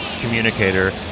communicator